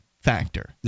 factor